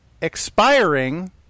expiring